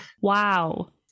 wow